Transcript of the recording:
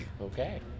Okay